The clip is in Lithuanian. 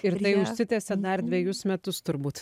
ir tai užsitęsė dar dvejus metus turbūt